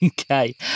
Okay